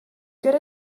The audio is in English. get